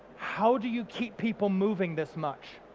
how do you keep people moving this much?